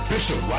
Bishop